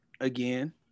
again